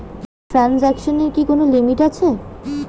ট্রানজেকশনের কি কোন লিমিট আছে?